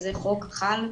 איזה חוק חל,